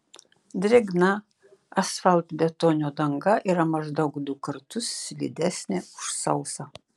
drėgna asfaltbetonio danga yra maždaug du kartus slidesnė už sausą